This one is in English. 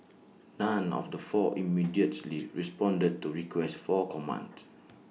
none of the four immediately responded to requests for comment